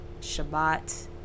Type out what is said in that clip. Shabbat